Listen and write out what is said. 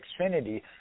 Xfinity